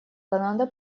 канада